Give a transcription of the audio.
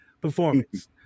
performance